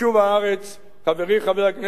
חברי חבר הכנסת אורלב,